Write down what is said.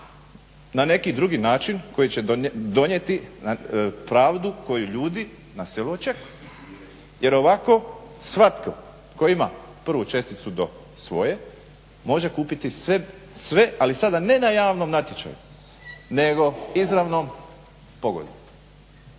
na neki drugi način koji će donijeti pravdu koju ljudi na selu očekuju, jer ovako svatko tko ima prvu česticu do svoje može kupiti sve ali sada ne na javnom natječaju nego izravnom pogodbom.